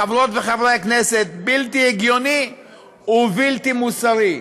חברות וחברי הכנסת, בלתי הגיוני ובלתי מוסרי.